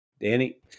Danny